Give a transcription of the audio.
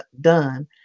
done